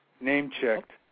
name-checked